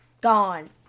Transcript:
gone